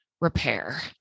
repair